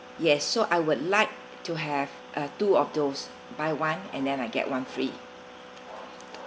yes so I would like to have a two of those buy one and then I get one free